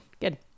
good